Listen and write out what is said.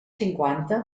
cinquanta